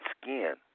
skin